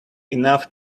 enough